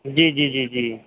ਜੀ ਜੀ ਜੀ ਜੀ